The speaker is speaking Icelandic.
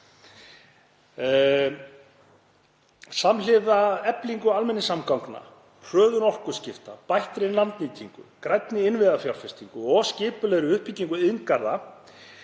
Samhliða eflingu almenningssamgangna, hröðun orkuskipta, bættri landnýtingu, grænni innviðafjárfestingu og skipulagðri uppbyggingu iðngarða